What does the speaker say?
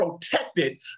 protected